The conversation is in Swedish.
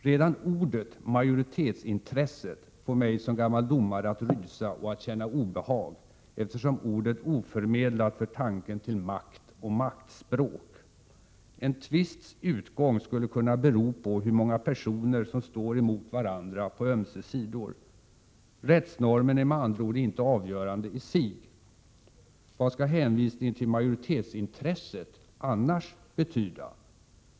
Redan ordet majoritetsintresset får mig som gammal domare att rysa och att känna obehag, eftersom ordet oförmedlat för tanken till makt och maktspråk. En tvists utgång skulle kunna bero på hur många personer som står emot varandra på ömse sidor. Rättsnormen är med andra ord inte avgörande i sig. Vad skall hänvisningen till majoritetsintresset annars betyda?